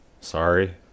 sorry